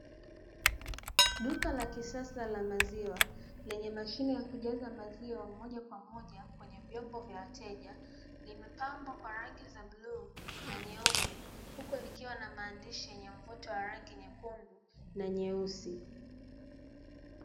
Duka la kisasa la maziwa lenye mashine ya kujaza maziwa moja kwa moja kwenye vyombo vya wateja, limepambwa kwa rangi za bluu na nyeupe huku likiwa na maandishi yenye mvuto wa rangi nyekundu na nyeusi.